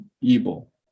evil